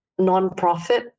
nonprofit